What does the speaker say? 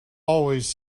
always